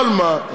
אבל מה?